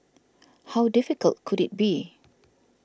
how difficult could it be